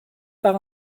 par